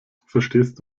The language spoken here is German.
verstehst